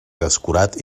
descurat